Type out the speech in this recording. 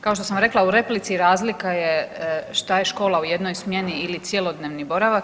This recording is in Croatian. Kao što sam rekla u replici razlika je šta je škola u jednoj smjeni ili cjelodnevni boravak.